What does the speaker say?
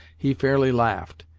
he fairly laughed,